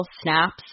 snaps